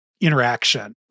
interaction